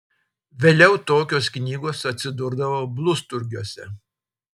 vėliau tokios knygos atsidurdavo blusturgiuose